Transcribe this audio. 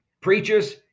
Preachers